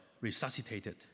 resuscitated